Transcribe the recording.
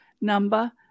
number